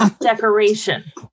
decoration